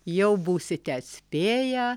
jau būsite atspėję